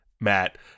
matt